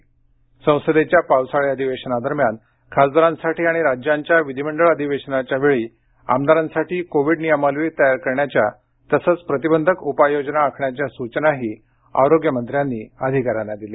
अधिवेशन संसदेच्या पावसाळी अधिवेशनादरम्यान खासदारांसाठी आणि राज्यांच्या विधीमंडळ अधिवेशनाच्या वेळी आमदारांसाठी कोविड नियमावली तयार करण्याच्या तसंच प्रतिबंधक उपाययोजना आखण्याच्या सूचना आरोग्यमंत्र्यांनी अधिकाऱ्यांना दिल्या